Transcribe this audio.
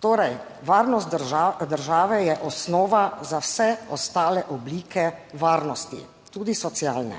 Torej, varnost države je osnova za vse ostale oblike varnosti, tudi socialne.